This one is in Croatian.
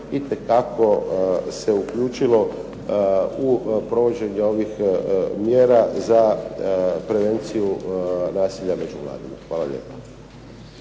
itekako se uključilo u provođenje ovih mjera za prevenciju nasilja među mladima. Hvala lijepa.